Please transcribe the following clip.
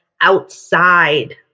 outside